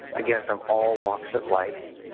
again from all walks of life,